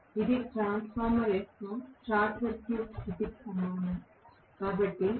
ఇది ట్రాన్స్ఫార్మర్ యొక్క short circuit స్థితికి సమానం